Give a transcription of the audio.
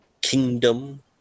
kingdom